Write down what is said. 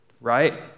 right